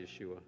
Yeshua